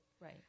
Right